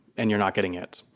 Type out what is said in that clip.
and you're not getting it.